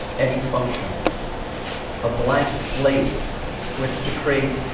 any function a blank slate for which to create,